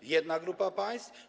To jedna grupa państw.